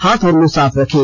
हाथ और मुंह साफ रखें